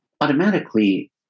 automatically